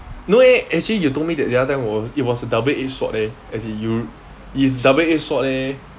no eh actually you told me that the other time was it was a double edged sword leh as in you it's double edged sword leh